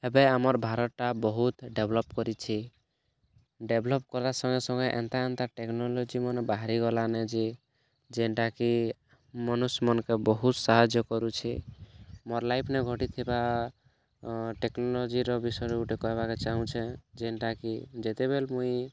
ଏବେ ଆମର୍ ଭାରତଟା ବହୁତ୍ ଡେଭ୍ଲପ୍ କରିଛି ଡେଭ୍ଲପ୍ କରବା ସମୟେ ସମୟେ ଏନ୍ତା ଏନ୍ତା ଟେକ୍ନୋଲୋଜିମାନ ବାହାରି ଗଲାନ ଯେ ଯେନ୍ଟାକି ମନୁଷ୍ମାନଙ୍କୁ ବହୁତ୍ ସାହାଯ୍ୟ କରୁଛି ମୋର୍ ଲାଇଫ୍ରେ ଘଟି ଥିବା ଟେକ୍ନୋଲୋଜିର ବିଷୟରେ ଗୋଟେ କହିବାର ଚାହୁଁଚେ ଯେନ୍ଟା କି ଯେତେବେଲ୍ ମୁଇଁ